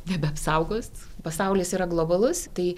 nebeapsaugos pasaulis yra globalus tai